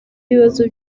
ibibazo